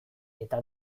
eta